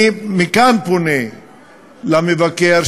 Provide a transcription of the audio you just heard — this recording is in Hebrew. אני מכאן פונה למבקר,